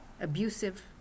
abusive